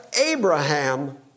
Abraham